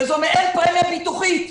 וזו מעין פרמיה ביטוחית.